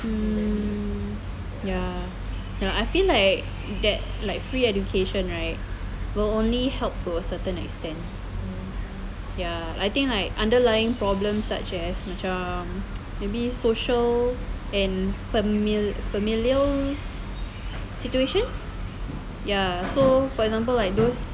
mm ya and I feel like that like free education right will only help to a certain extent ya I think like underlying problems such as macam maybe social and famil~ familial situations ya so for example like those